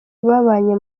babanye